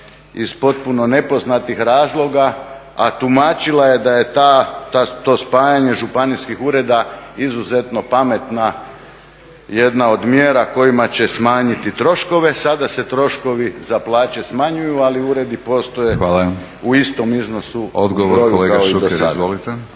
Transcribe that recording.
iz potpuno nepoznatih razloga, a tumačila je da je to spajanje županijskih ureda izuzetno pametna jedna od mjera kojima će smanjiti troškove. Sada se troškovi za plaće smanjuju ali uredi postoje u istom iznosu kao i prije.